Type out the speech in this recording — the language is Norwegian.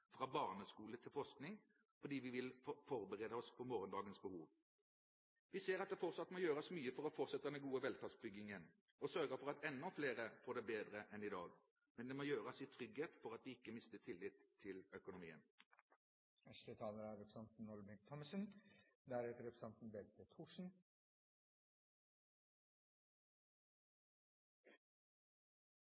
fra barneskole til forskning fordi vi vil forberede oss på morgendagens behov. Vi ser at det fortsatt må gjøres mye for å fortsette den gode velferdsbyggingen og sørge for at enda flere får det bedre enn i dag. Men det må gjøres i trygghet for at vi ikke mister tillit til økonomien.